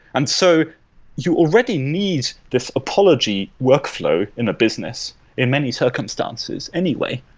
and so you already need this apology workflow in a business in many circumstances anyway.